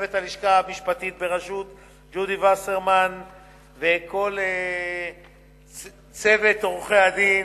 לצוות הלשכה המשפטית בראשות ג'ודי וסרמן ולכל צוות עורכי-הדין,